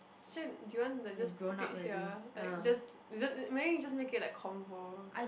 so do you want like just put it here like just you just maybe you just make it like convo